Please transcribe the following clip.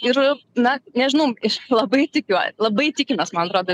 ir na nežinau aš labai tikiuo labai tikimės man atrodo